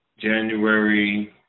January